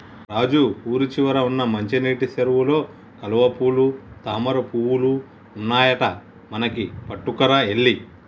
రాజు ఊరి చివర వున్న మంచినీటి సెరువులో కలువపూలు తామరపువులు ఉన్నాయట మనకి పట్టుకురా ఎల్లి